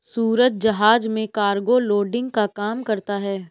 सूरज जहाज में cargo loading का काम करता है